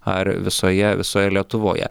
ar visoje visoje lietuvoje